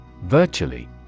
Virtually